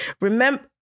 Remember